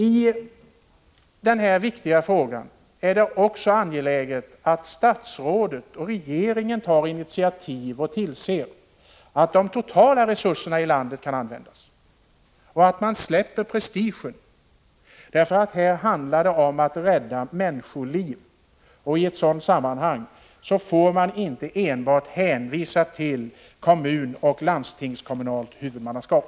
I den här viktiga frågan är det också angeläget att statsrådet och regeringen tar initiativ och tillser att de totala resurserna i landet kan användas och att man släpper prestigen, eftersom det handlar om att rädda människoliv. I ett sådant sammanhang får man inte enbart hänvisa till kommunalt och landstingskommunalt huvudmannaskap.